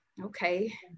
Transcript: okay